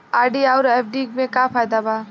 RD आउर FD के का फायदा बा?